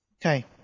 Okay